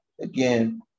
again